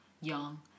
young